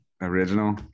Original